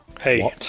hey